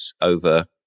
over